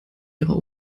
ihrer